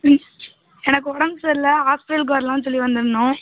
ம் எனக்கு உடம்பு சரியில்ல ஹாஸ்பிடலுக்கு வரலாம்னு சொல்லி வந்துருந்தோம்